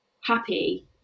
happy